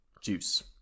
juice